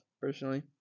personally